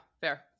fair